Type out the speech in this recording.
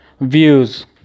views